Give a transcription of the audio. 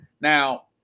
Now